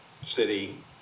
city